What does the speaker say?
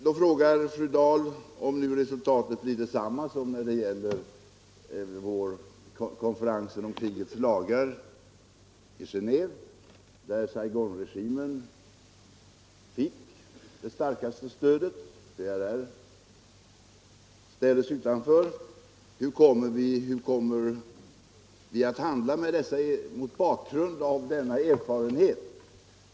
Så frågar fru Dahl: Om nu resultatet blir detsamma som när det gäller konferensen om krigets lagar i Geneve, där Saigonregimen fick det starkaste stödet och PRR ställdes utanför, hur kommer vi då att handla mot bakgrund av denna erfarenhet?